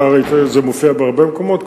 אתה ראית את זה מופיע בהרבה מקומות,